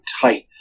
tight